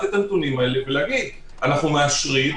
את הנתונים האלה ולומר: אנחנו מאשרים,